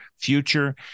future